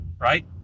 right